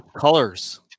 Colors